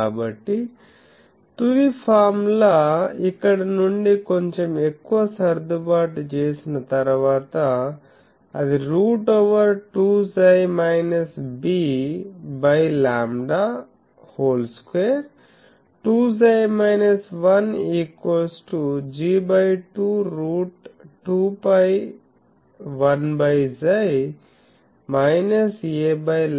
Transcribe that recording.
కాబట్టి తుది ఫార్ములా ఇక్కడ నుండి కొంచెం ఎక్కువ సర్దుబాటు చేసిన తరువాత అది రూట్ ఓవర్2𝝌 b lambda 2 2 𝝌 1 G 2 root 2π 1𝝌 a